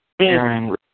Aaron